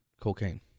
Cocaine